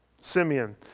Simeon